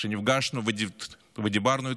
שנפגשנו ודיברנו איתם,